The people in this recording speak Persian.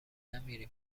نمیری